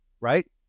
right